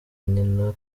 nyina